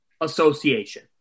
association